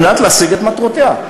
כדי להשיג את מטרותיה,